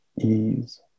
ease